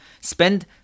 spend